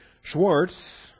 Schwartz